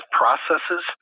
processes